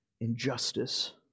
injustice